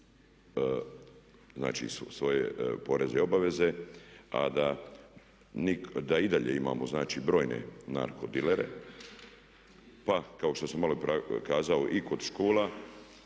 znači svoje poreze i obveze a da i dalje imamo brojne narko dilere. Pa kao što sam maloprije kazao i kod škola.